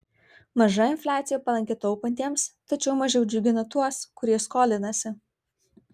maža infliacija palanki taupantiems tačiau mažiau džiugina tuos kurie skolinasi